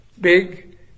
big